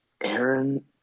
Aaron